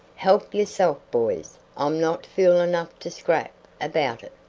help yourselves, boys. i'm not fool enough to scrap about it.